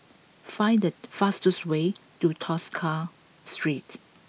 find the fastest way to Tosca Street